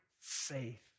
faith